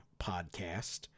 Podcast